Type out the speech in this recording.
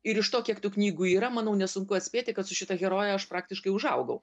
ir iš to kiek tų knygų yra manau nesunku atspėti kad su šita heroje aš praktiškai užaugau